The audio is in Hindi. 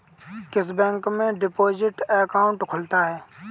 किस बैंक में डिपॉजिट अकाउंट खुलता है?